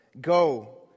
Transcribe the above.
Go